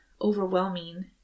overwhelming